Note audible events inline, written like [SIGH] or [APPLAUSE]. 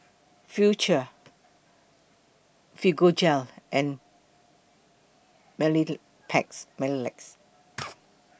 Futuro Fibogel and [UNINTELLIGIBLE] Mepilex [NOISE]